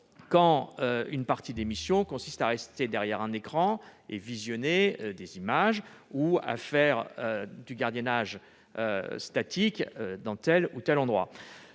quand une partie des missions consiste à rester derrière un écran et visionner des images ou à faire du gardiennage statique ? J'ai déposé